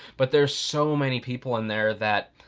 but there's so many people in there that,